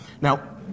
Now